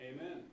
Amen